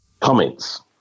Comments